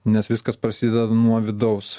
nes viskas prasideda nuo vidaus